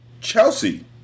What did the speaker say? Chelsea